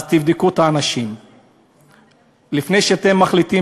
אז תבדקו את האנשים לפני שאתם מחליטים